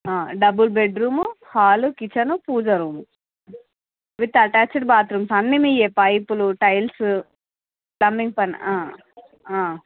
double bedroom hall kitchen puja room with attached bathrooms అన్ని మీవే పైపులు టైల్స్ ప్లమ్మింగ్ పన్